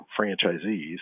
franchisees